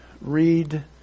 read